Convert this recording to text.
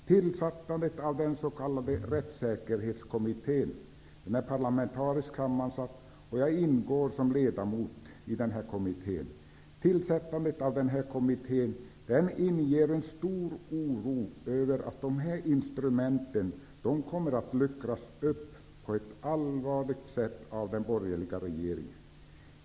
Tillsättandet av den s.k. Rättssäkerhetskommittén -- den är parlamentariskt sammansatt, och jag ingår som ledamot i den -- inger stor oro över att dessa instrumenten på ett allvarligt sätt kommer att luckras upp av den borgerliga regeringen.